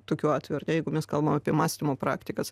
tokiu atveju ar ne jeigu mes kalbam apie mąstymo praktikas